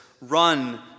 run